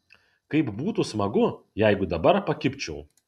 kaip būtų smagu jeigu dabar pakibčiau